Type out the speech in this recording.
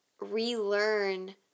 relearn